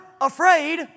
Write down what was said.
afraid